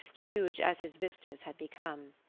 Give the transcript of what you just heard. huge as his vistas had become.